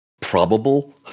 probable